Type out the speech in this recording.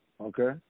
okay